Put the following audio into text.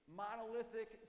monolithic